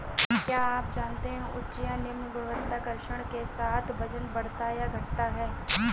क्या आप जानते है उच्च या निम्न गुरुत्वाकर्षण के साथ वजन बढ़ता या घटता है?